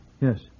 Yes